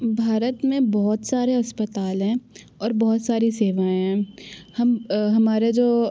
भारत में बहुत सारे अस्पताल हैं और बहुत सारी सेवाएँ हैं हम हमारे जो